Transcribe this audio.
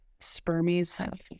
spermies